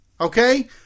Okay